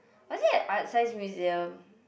was it at Art-Science-Museum